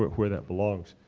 but where that belongs.